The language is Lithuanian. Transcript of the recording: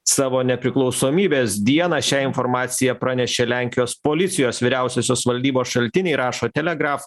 savo nepriklausomybės dieną šią informaciją pranešė lenkijos policijos vyriausiosios valdybos šaltiniai rašo telegraf